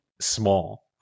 small